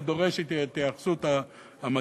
זה דורש את ההתייחסות המתאימה.